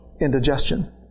indigestion